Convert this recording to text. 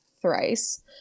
thrice